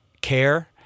care